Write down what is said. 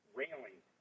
railing